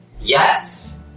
Yes